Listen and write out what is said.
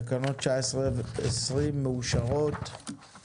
הצבעה תקנות 19 ו-20 אושרו אנחנו